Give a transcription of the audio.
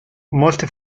molte